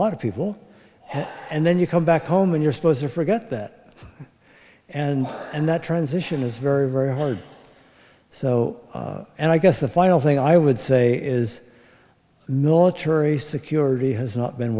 lot of people and then you come back home and you're supposed to forget that and and that transition is very very hard so and i guess the final thing i would say is military security has not been